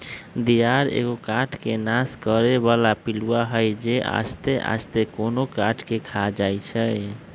दियार एगो काठ के नाश करे बला पिलुआ हई जे आस्ते आस्ते कोनो काठ के ख़ा जाइ छइ